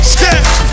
Skip